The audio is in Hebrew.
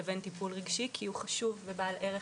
לבין טיפול רגשי כי הוא חשוב ובעל ערך,